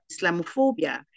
Islamophobia